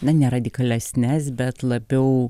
na ne radikalesnes bet labiau